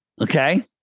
Okay